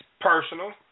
personal